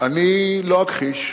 אני לא אכחיש,